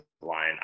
line